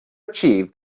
achieve